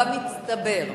במצטבר.